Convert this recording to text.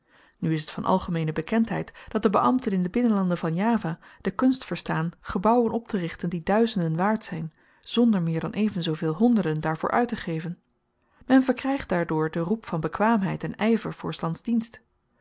nu is t van algemeene bekendheid dat de beambten in de binnenlanden van java de kunst verstaan gebouwen opterichten die duizenden waard zyn zonder meer dan even zooveel honderden daarvoor uittegeven men verkrygt daardoor den roep van bekwaamheid en yver voor s lands dienst